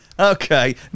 Okay